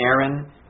Aaron